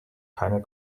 keine